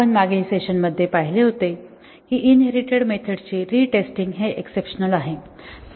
आपण मागील सेशनमध्ये पाहिले होते की इनहेरिटेड मेथड्सची री टेस्टिंग हे एक्ससेप्शनल आहे